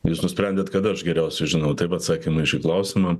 jūs nusprendėt kad aš geriausiai žinau taip atsakymą į šį klausimą